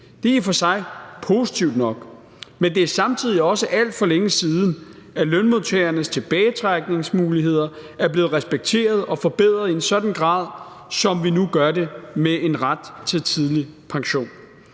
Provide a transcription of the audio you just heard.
Det er i og for sig positivt nok, men det er samtidig også alt for længe siden, at lønmodtagernes tilbagetrækningsmuligheder er blevet respekteret og forbedret i en sådan grad, som vi nu gør det med en ret til tidlig pension.